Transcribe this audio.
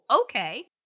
Okay